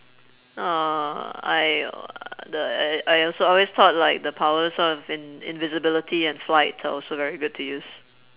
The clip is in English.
uh I uh the I also always thought like the powers of in~ invisibility and flight are also very good to use